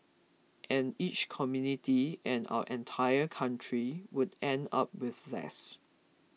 and each community and our entire country would end up with less